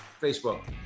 Facebook